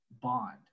bond